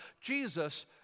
Jesus